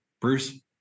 Bruce